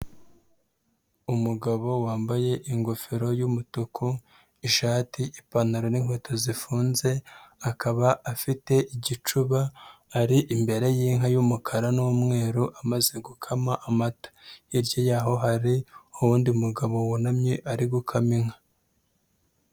Umugabo wambaye ingofero y'umutuku, ishati ipantaro n'inkweto zifunze, akaba afite igicuba ari imbere y'inka y'umukara n'umweru amaze gukama amata, hirya yaho hari undi mugabo wunamye ari gukama inka.